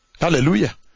hallelujah